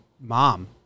mom